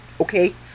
Okay